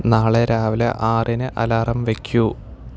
നാളെ രാവിലെ ആറിന് അലാറം വയ്ക്കൂ